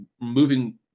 moving